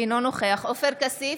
אינו נוכח עופר כסיף,